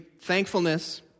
thankfulness